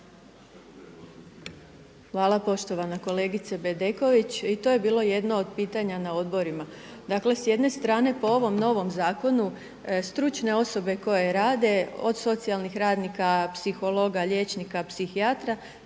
Hvala poštovana kolegice Bedeković. I to je bilo jedno od pitanja na odborima. Dakle, s jedne strane po ovom novom zakonu stručne osobe koje rade od socijalnih radnika, psihologa, liječnika, psihijatra